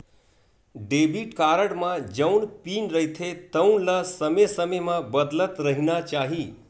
debit card म जउन pin रहिथे तउन ल समे समे म बदलत रहिना चाही